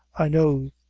i know,